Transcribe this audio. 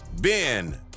Ben